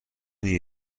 این